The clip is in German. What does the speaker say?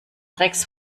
rex